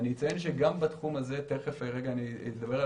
אציין שגם בתחום הזה ותכף אדבר על